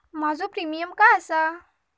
माझो प्रीमियम काय आसा?